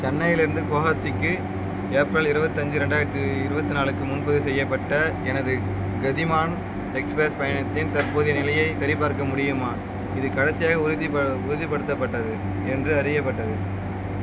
சென்னையிலிருந்து குவஹாத்திக்கு ஏப்ரல் இருபத்தஞ்சி ரெண்டாயிரத்தி இருபத்தி நாலுக்கு முன்பதிவு செய்யப்பட்ட எனது கதிமான் எக்ஸ்பிரஸ் பயணத்தின் தற்போதைய நிலையைச் சரிபார்க்க முடியுமா இது கடைசியாக உறுதிப்ப உறுதிப்படுத்தப்பட்டது என்று அறியப்பட்டது